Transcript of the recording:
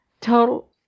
Total